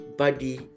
body